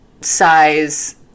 size